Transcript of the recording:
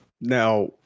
Now